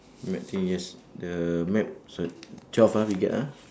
map thing yes the map s~ twelve ah we get ah